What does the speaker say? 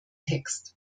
text